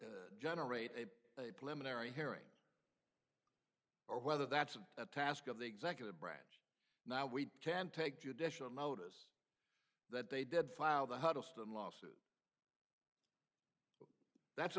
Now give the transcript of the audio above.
generate a plymouth area hearing or whether that's a task of the executive branch now we can take judicial notice that they did file the huddleston lawsuit that's a